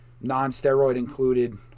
non-steroid-included